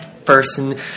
person